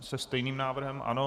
Se stejným návrhem, ano.